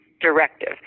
directive